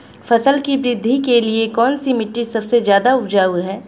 फसल की वृद्धि के लिए कौनसी मिट्टी सबसे ज्यादा उपजाऊ है?